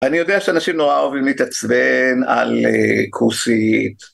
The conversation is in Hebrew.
אני יודע שאנשים נורא אוהבים להתעצבן, על כוסית.